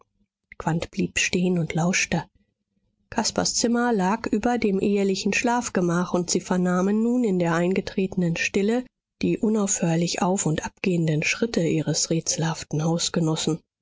blieb stehen und lauschte caspars zimmer lag über dem ehelichen schlafgemach und sie vernahmen nun in der eingetretenen stille die unaufhörlich auf und ab gehenden schritte ihres rätselhaften hausgenossen